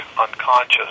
unconscious